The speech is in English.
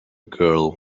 girl